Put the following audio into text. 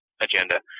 agenda –